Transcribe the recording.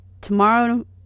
tomorrow